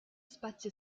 spazi